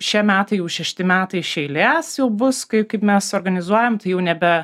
šie metai jau šešti metai iš eilės jau bus kai kaip mes organizuojam tai jau nebe